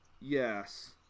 Yes